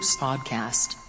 podcast